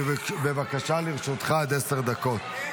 בבקשה, לרשותך עשר דקות.